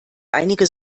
einige